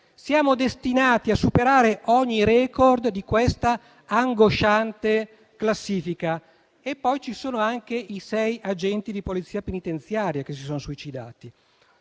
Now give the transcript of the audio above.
Siamo destinati a superare ogni record di questa angosciante classifica. Poi ci sono anche i sei agenti di Polizia penitenziaria che si sono suicidati.